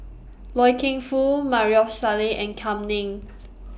Loy Keng Foo Maarof Salleh and Kam Ning